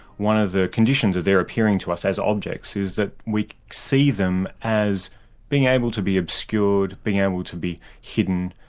one of the conditions of their appearing to us as objects is that we see them as being able to be obscured, being able to be hidden,